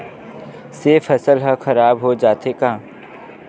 से फसल ह खराब हो जाथे का?